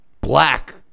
black